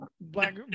black